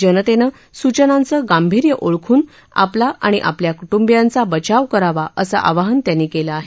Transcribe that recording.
जनतेनं सूचनाचं गांभीर्य ओळखून आपला आणि आपल्या कुटुंबियांचा बचाव करावा असं आवाहन त्यांनी केलं आहे